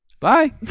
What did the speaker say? Bye